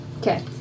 Okay